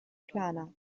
planer